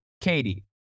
Katie